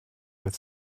with